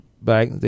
back